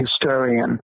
historian